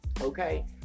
okay